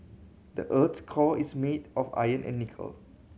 the earth's core is made of iron and nickel